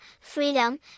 freedom